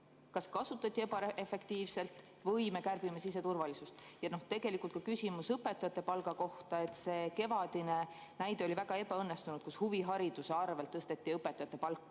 on kasutatud ebaefektiivselt või me kärbime siseturvalisust? Tegelikult on ka küsimus õpetajate palga kohta. See kevadine näide oli väga ebaõnnestunud, kui huvihariduse arvel tõsteti õpetajate palka.